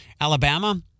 Alabama